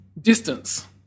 distance